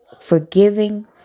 Forgiving